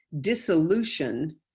dissolution